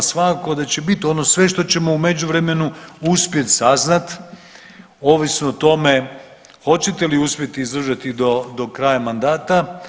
Svakako da će biti ono sve što ćemo u međuvremenu uspjet saznati ovisno o tome hoćete li uspjeti izdržati do kraja mandata.